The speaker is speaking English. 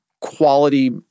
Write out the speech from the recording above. quality